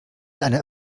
eine